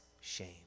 shame